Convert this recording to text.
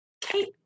Kate